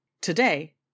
Today